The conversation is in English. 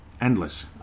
endless